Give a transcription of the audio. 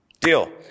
Deal